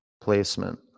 Placement